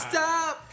Stop